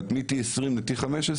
כלומר, מ-T-20 ל-T-15,